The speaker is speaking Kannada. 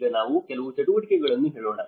ಈಗ ನಾವು ಕೆಲವು ಚಟುವಟಿಕೆಗಳನ್ನು ಹೇಳೋಣ